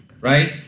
right